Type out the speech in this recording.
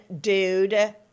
dude